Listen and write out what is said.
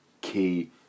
key